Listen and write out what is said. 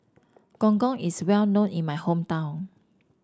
Gong Gong is well known in my hometown